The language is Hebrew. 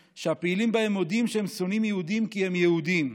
שהפעילים בהם מודים שהם שונאים יהודים כי הם יהודים.